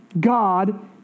God